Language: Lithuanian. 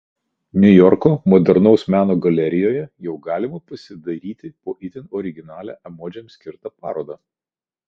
niujorko modernaus meno galerijoje jau galima pasidairyti po itin originalią emodžiams skirtą parodą